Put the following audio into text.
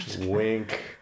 wink